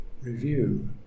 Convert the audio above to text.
review